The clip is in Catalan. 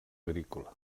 agrícola